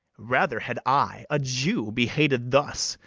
rather had i, a jew, be hated thus,